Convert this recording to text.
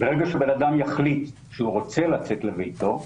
ברגע שבן אדם יחליט שהוא רוצה לצאת לביתו,